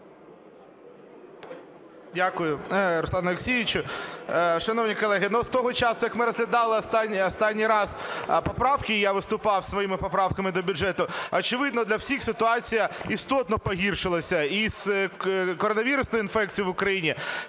Дякую, Руслане Олексійовичу. Шановні колеги, ну, з того часу, як ми розглядали останній раз поправки, і я виступав зі своїми поправками до бюджету, очевидно, для всіх ситуація істотно погіршилась і з коронавірусною інфекцією в Україні,